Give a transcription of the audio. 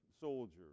soldiers